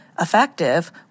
effective